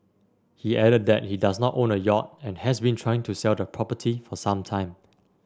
he added that he does not own a yacht and has been trying to sell the property for some time